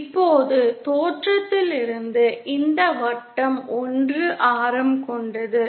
இப்போது தோற்றத்திலிருந்து இந்த வட்டம் 1 ஆரம் கொண்டது